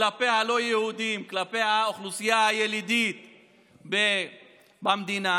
כלפי הלא-יהודים, כלפי האוכלוסייה הילידית במדינה,